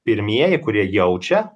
pirmieji kurie jaučia